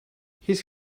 his